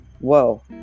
whoa